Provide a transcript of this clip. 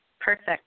perfect